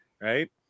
right